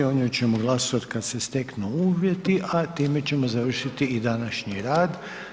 O njoj ćemo glasovati kad se steknu uvjeti, a time ćemo završiti i današnji rad.